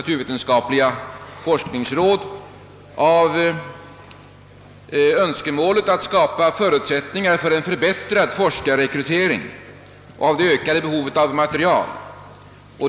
turvetenskapliga forskningsråd av Öönskemålet att skapa förutsättningar för en förbättrad forskarrekrytering och av det ökade behovet av material.